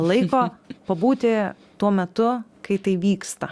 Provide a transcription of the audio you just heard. laiko pabūti tuo metu kai tai vyksta